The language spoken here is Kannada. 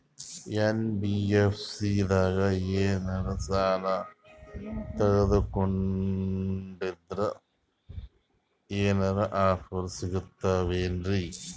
ಎನ್.ಬಿ.ಎಫ್.ಸಿ ದಾಗ ಏನ್ರ ಸಾಲ ತೊಗೊಂಡ್ನಂದರ ಏನರ ಆಫರ್ ಸಿಗ್ತಾವೇನ್ರಿ?